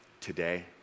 today